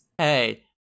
Hey